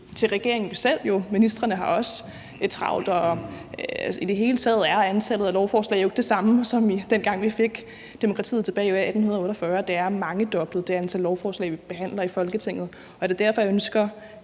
til regeringen selv. Ministrene har også travlt, og i det hele taget er antallet af lovforslag jo ikke det samme som dengang tilbage i 1849, da vi fik demokratiet. Det antal lovforslag, vi behandler i Folketinget, er mangedoblet. Og det er derfor, jeg ønsker